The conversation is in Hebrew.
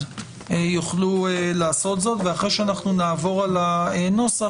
הם יוכלו לעשות זאת ואחרי שאנחנו נעבור על הנוסח,